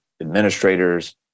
administrators